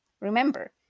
Remember